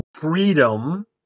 freedom